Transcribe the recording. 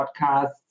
podcasts